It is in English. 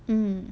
mmhmm